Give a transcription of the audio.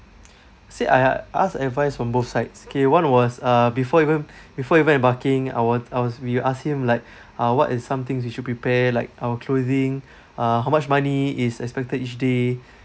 see I asked advice from both sides K one was uh before even before even embarking I wa~ I was we asked him like uh what is some things we should prepare like our cothing uh how much money is expected each day